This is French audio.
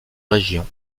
région